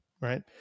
right